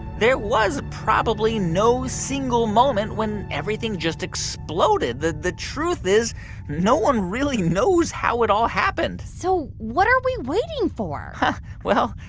there was probably no single moment when everything just exploded. the the truth is no one really knows how it all happened so what are we waiting for? well,